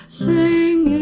sing